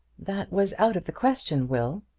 that was out of the question, will.